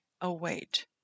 await